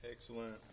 Excellent